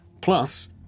Plus